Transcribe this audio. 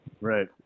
Right